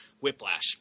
Whiplash